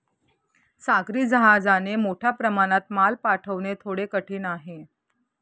सागरी जहाजाने मोठ्या प्रमाणात माल पाठवणे थोडे कठीण आहे